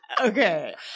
Okay